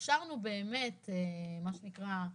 אפשרנו באמת, מה שנקרא,